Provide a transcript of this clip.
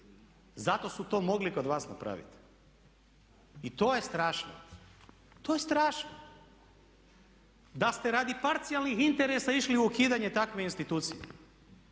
zato su to mogli kod vas napravit. I to je strašno! To je strašno! Da ste radi parcijalnih interesa išli u ukidanje takve institucije.